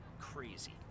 crazy